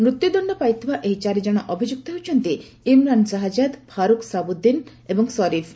ମୃତ୍ୟୁ ଦଣ୍ଡ ପାଇଥିବା ଏହି ଚାରି ଜଣ ଅଭିଯୁକ୍ତ ହେଉଛନ୍ତି ଇମ୍ରାନ୍ ସାହାଜାଦ ଫାରୁକ ସାବୁଦ୍ଦିନ୍ ଏବଂ ସରିଫ୍